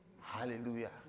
Hallelujah